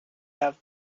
have